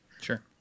sure